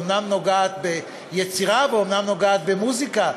ואומנם נוגעת ביצירה ובמוזיקה,